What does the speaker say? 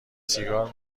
سیگار